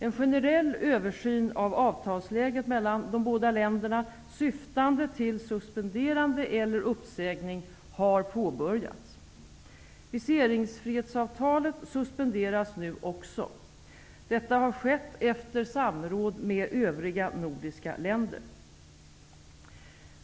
En generell översyn av avtalsläget mellan de båda länderna syftande till suspenderande eller uppsägning har påbörjats. Viseringsfrihetsavtalet suspenderas nu också. Detta har skett efter samråd med övriga nordiska länder.